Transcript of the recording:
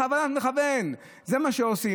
בכוונת מכוון, זה מה שעושים.